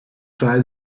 say